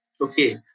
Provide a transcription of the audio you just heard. Okay